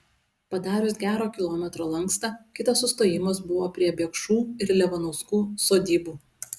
padarius gero kilometro lankstą kitas sustojimas buvo prie biekšų ir levanauskų sodybų